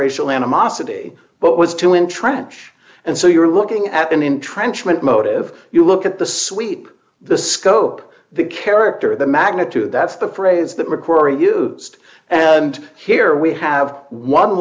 racial animosity but was too entrenched and so you're looking at an intrenchments motive you look at the sweep the scope the character the magnitude that's the phrase that mcqueary used and here we have one